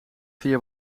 via